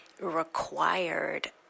required